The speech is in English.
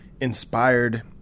inspired